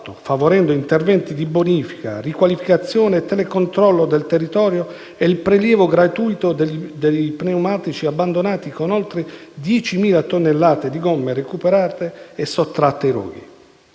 favorendo interventi di bonifica, riqualificazione e telecontrollo del territorio, e il prelievo gratuito degli pneumatici abbandonati con oltre 10.000 tonnellate di gomme recuperate e sottratte ai roghi.